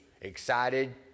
excited